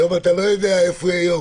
היום אתה לא יודע איפה היא היום,